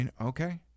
Okay